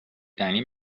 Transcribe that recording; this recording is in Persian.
دنی